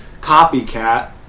copycat